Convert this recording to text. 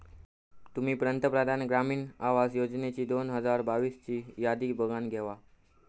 तुम्ही पंतप्रधान ग्रामीण आवास योजनेची दोन हजार बावीस ची यादी बघानं घेवा